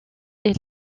est